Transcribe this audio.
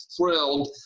thrilled